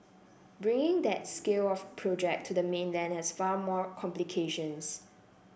bringing that scale of project to the mainland has far more complications